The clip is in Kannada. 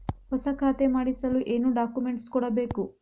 ಹೊಸ ಖಾತೆ ಮಾಡಿಸಲು ಏನು ಡಾಕುಮೆಂಟ್ಸ್ ಕೊಡಬೇಕು?